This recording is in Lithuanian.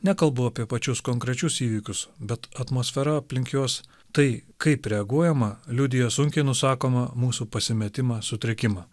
nekalbu apie pačius konkrečius įvykius bet atmosfera aplink juos tai kaip reaguojama liudija sunkiai nusakomą mūsų pasimetimą sutrikimą